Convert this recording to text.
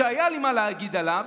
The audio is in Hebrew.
שהיה לי מה להגיד עליו,